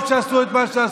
טוב שעשו את מה שעשו.